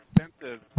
expensive